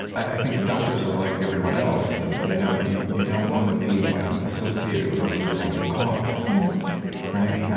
i think doctors are like everyone else. and you know you you don't want to be associated with a losing cause yeah right? right i